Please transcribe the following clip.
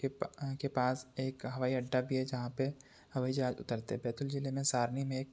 के पा के पास एक हवाई अड्डा भी है जहाँ पर हवाई जहाज उतरते हैं बैतुल ज़िले में सारनी में एक